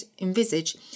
envisage